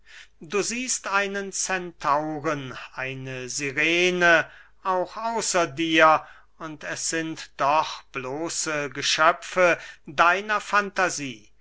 du siehst einen centauren eine sirene auch außer dir und es sind doch bloße geschöpfe deiner fantasie